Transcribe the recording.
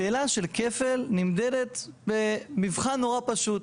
שאלה של כפל נמדדת במבחן נורא פשוט.